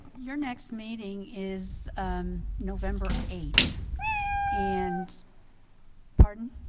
your next meeting is november eighth and pardon